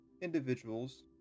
individuals